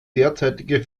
derzeitige